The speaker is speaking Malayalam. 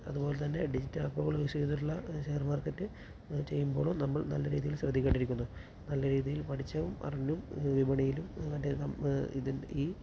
അതുപോലെ തന്നെ ഡിജിറ്റൽ ആപ്പുകൾ യൂസ് ചെയ്തിട്ടുള്ള ഷെയർ മാർക്കറ്റ് ചെയ്യുമ്പോളോ നമ്മൾ നല്ല രീതിയിൽ ശ്രദ്ധിക്കേണ്ടിയിരിക്കുന്നു നല്ല രീതിയിൽ പഠിച്ചും അറിഞ്ഞും വിപണിയിലും ഈ